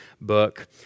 book